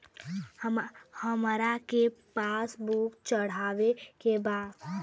हमरा के पास बुक चढ़ावे के बा?